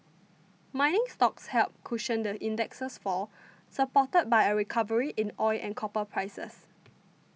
mining stocks helped cushion the index's fall supported by a recovery in oil and copper prices